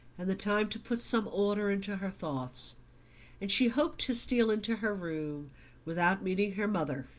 and the time to put some order into her thoughts and she hoped to steal into her room without meeting her mother.